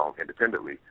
independently